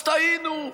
אז טעינו,